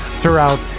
Throughout